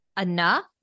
enough